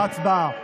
הצבעה.